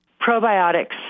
Probiotics